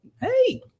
Hey